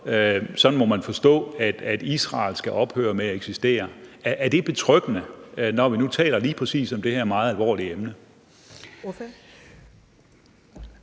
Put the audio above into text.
sådan må man forstå det – ønsker, at Israel skal ophøre med at eksistere. Når vi nu taler om lige præcis det her meget alvorlige emne,